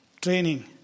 training